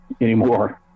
anymore